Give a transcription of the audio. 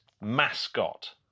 mascot